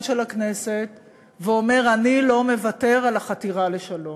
של הכנסת ואומר: אני לא מוותר על החתירה לשלום.